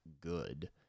good